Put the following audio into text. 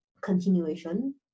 continuation